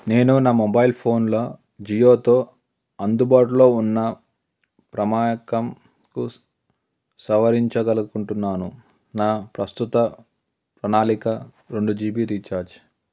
నేను నా మొబైల్ ఫోన్లో జియోతో అందుబాటులో ఉన్న ప్రణాళికకు సవరించగలకుంటున్నాను నా ప్రస్తుత ప్రణాళిక రెండు జీ బీ రీఛార్జ్